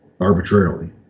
arbitrarily